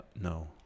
No